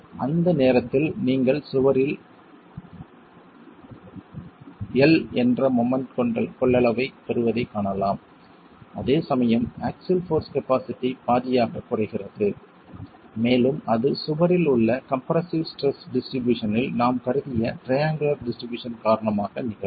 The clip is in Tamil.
அந்த நேரத்தில் நீங்கள் சுவரில் 1 என்ற மொமெண்ட் கொள்ளளவைப் பெறுவதைக் காணலாம் அதேசமயம் ஆக்ஸில் போர்ஸ் கபாஸிட்டி பாதியாகக் குறைகிறது மேலும் அது சுவரில் உள்ள கம்ப்ரெஸ்ஸிவ் ஸ்ட்ரெஸ் டிஸ்ட்ரிபியூஷன் இல் நாம் கருதிய ட்ரையங்குளர் டிஸ்ட்ரிபியூஷன் காரணமாக நிகழும்